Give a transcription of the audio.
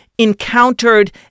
encountered